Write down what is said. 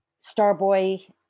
Starboy